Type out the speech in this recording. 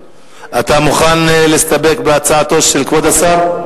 אתה מוכן להסתפק בהצעתו של כבוד השר?